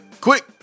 quick